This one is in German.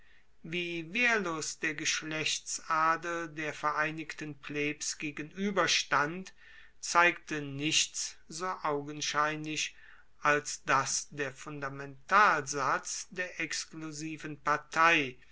wie wehrlos der geschlechtsadel der vereinigten plebs gegenueberstand zeigt nichts so augenscheinlich als dass der fundamentalsatz der exklusiven partei